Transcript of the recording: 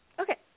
Okay